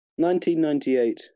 1998